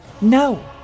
No